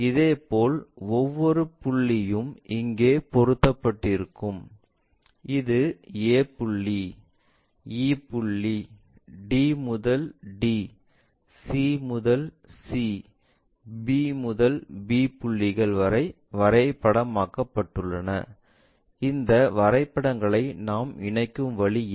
இதேபோல் ஒவ்வொரு புள்ளியும் அங்கே பொருத்தப்பட்டிருக்கும் இது a புள்ளி e புள்ளி d முதல் d c முதல் c b முதல் b புள்ளிகள் வரை வரைபடமாக்கப்பட்டன இந்த வரைபடங்களை நாம் இணைக்கும் வழி இது